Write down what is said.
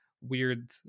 weird